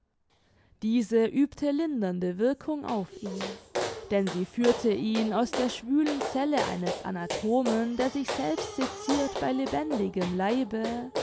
diese übte lindernde wirkung auf ihn denn sie führte ihn aus der schwülen zelle eines anatomen der sich selbst secirt bei lebendigem leibe